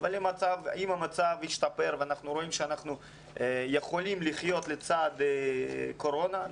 אם המצב ישתפר ואנחנו רואים שאנחנו יכולים לחיות לצד קורונה,